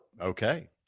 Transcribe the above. okay